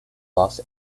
los